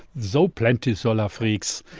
so plenty solar freaks,